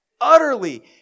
utterly